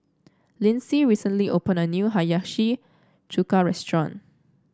Lynsey recently opened a new Hiyashi Chuka restaurant